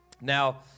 Now